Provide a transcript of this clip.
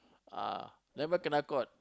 ah never kena caught